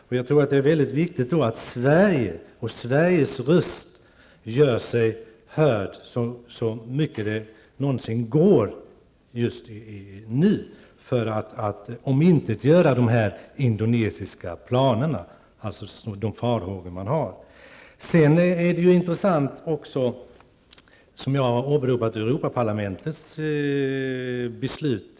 Det är då viktigt att Sverige gör sin röst hörd så mycket det någonsin går för att omintetgöra eventuella sådana indonesiska planer. Europaparlamentets beslut i somras, som jag har åberopat, är också intressant.